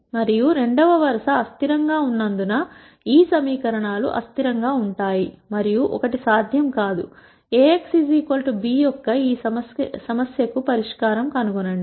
మరియు రెండవ వరుస అస్థిరం గా ఉన్నందున ఈ సమీకరణాలు అస్థిరం గా ఉంటాయి మరియు ఒకటి సాధ్యం కాదు A x b యొక్క ఈ సమస్యకు పరిష్కారం కనుగొనండి